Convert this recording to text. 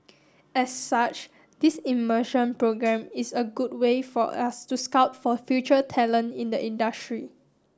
as such this immersion programme is a good way for us to scout for future talent in the industry